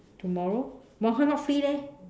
tomorrow but not free leh